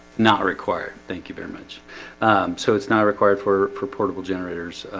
not required. thank you very much so it's not required for for portable generators.